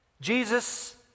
Jesus